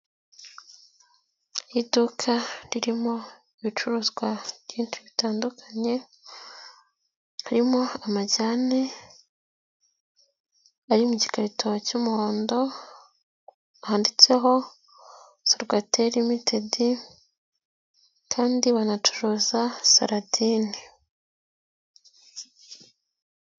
Iduka ririmo ibicuruzwa byinshi bitandukanye, haririmo amajyane ari mu gikarito cy'umuhondo handitseho ''sorwateri ltd'', kandi banacuruza salade.